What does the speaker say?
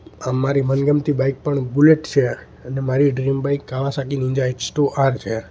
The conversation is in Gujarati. મારી મનગમતી બાઈક પણ બુલેટ છે અને મારી dream bike Kawasaki Ninja H two R છે